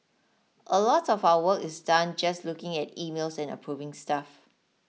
a lot of our work is done just looking at emails and approving stuff